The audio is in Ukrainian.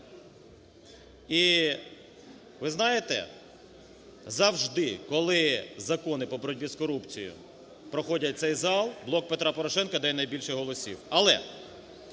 І ви знаєте, завжди, коли закони по боротьбі з корупцією проходять цей зал, "Блок Петра Порошенка" дає найбільше голосів.